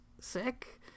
sick